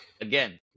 Again